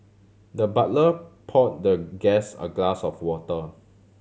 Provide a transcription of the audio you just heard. the butler pour the guest a glass of water